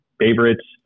favorites